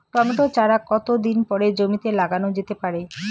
Tomato চারা কতো দিন পরে জমিতে লাগানো যেতে পারে?